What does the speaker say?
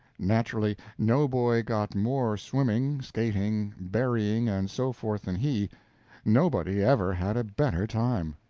naturally, no boy got more swimming skating, berrying, and so forth than he no body ever had a better time.